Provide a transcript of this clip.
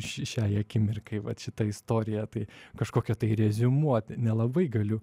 šiai akimirkai vat šita istorija tai kažkokią tai reziumuot nelabai galiu